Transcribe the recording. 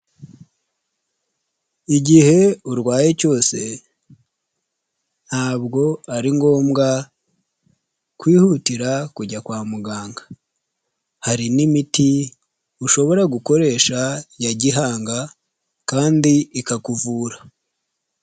Igihe urwaye cyose ntabwo ari ngombwa kwihutira kujya kwa muganga, hari n'imiti ushobora gukoresha ya gihanga kandi ikakuvura.